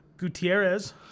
Gutierrez